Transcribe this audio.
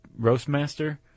Roastmaster